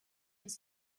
was